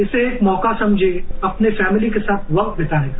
इसे एक मौका समझें अपनी छैमिली के साथ वक्त बिताने का